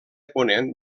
ponent